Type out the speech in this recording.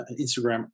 Instagram